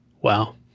Wow